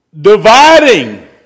dividing